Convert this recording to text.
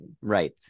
right